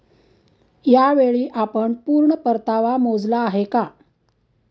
यावेळी आपण पूर्ण परतावा मोजला आहे का?